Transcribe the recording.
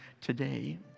today